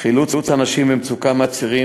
חילוץ אנשים במצוקה מהצירים,